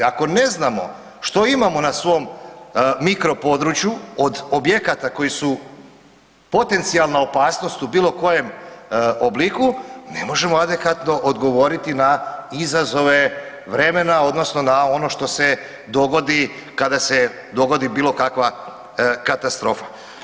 Ako ne znamo što imamo na svom mikro području od objekata koji su potencijalna opasnost u bilo kojem obliku ne možemo adekvatno odgovoriti na izazove vremena odnosno na ono što se dogodi kada se dogodi bilo kakva katastrofa.